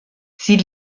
sie